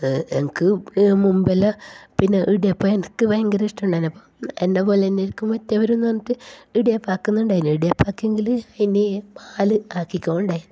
എനിക്ക് മുമ്പെല്ലാം പിന്നെ ഇടിയപ്പം എനിക്ക് ഭയങ്കര ഇഷ്ടം ഉണ്ടായിന് അപ്പോൾ എന്നെ പോലെന്നാരിക്കും മറ്റവർ എന്ന് പറഞ്ഞിട്ട് ഇടിയപ്പം ആക്കുന്നുണ്ടായിനി ഇടിയപ്പം ആക്കിയെങ്കിൽ ഇനി പാൽ ആക്കിക്കൊണ്ടേ